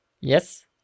Yes